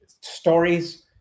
stories